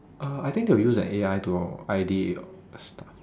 uh I think they will use an A_I to I_D your stuff